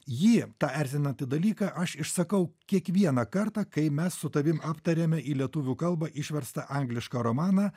jį tą erzinantį dalyką aš išsakau kiekvieną kartą kai mes su tavim aptariame į lietuvių kalbą išverstą anglišką romaną